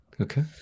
okay